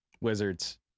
Wizards